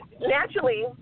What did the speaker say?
naturally